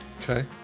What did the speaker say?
Okay